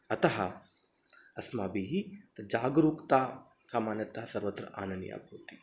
अतः अस्माभिः तद् जागरूकता सामान्यतः सर्वत्र आनीया भवति